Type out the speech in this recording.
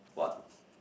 what